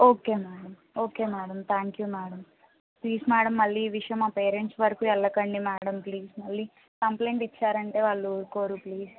okay madam okay madam thank you madam please madam మళ్ళీ ఈ విషయం మా పేరెంట్స్ వరకు వెళ్ళకండి మేడం ప్లీజ్ మళ్ళీ కంప్లయింట్ ఇచ్చారంటే వాళ్ళు ఊరుకోరు ప్లీజ్